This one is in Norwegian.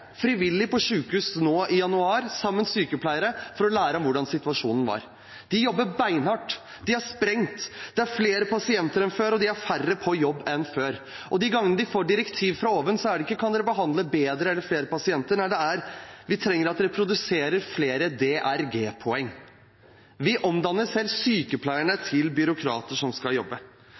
frivillig på sykehus sammen med sykepleiere for å lære om hvordan situasjonen er. De jobber beinhardt. De er sprengt. Det er flere pasienter enn før, og de er færre på jobb enn før. Og de gangene de får direktiver fra oven, handler det ikke om å behandle bedre eller behandle flere pasienter. Nei, man trenger at de produserer flere DRG-poeng. Selv sykepleierne omdanner vi til byråkrater.